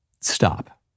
Stop